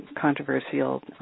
controversial